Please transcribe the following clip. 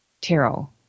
tarot